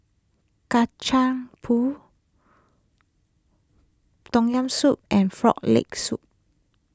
Kacang Pool Tom Yam Soup and Frog Leg Soup